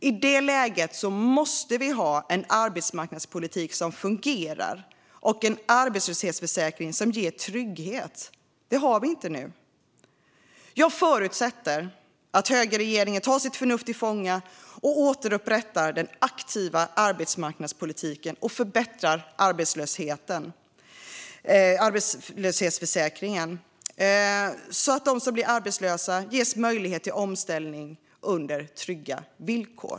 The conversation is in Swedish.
I det läget måste vi ha en arbetsmarknadspolitik som fungerar och en arbetslöshetsförsäkring som ger trygghet. Det har vi inte nu. Jag förutsätter att högerregeringen tar sitt förnuft till fånga och återupprättar den aktiva arbetsmarknadspolitiken och förbättrar arbetslöshetsförsäkringen så att de som blir arbetslösa ges möjlighet till omställning under trygga villkor.